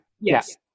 yes